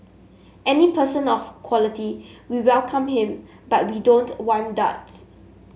any person of quality we welcome him but we don't want duds